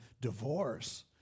divorce